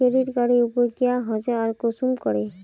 Credit कार्डेर उपयोग क्याँ होचे आर कुंसम करे?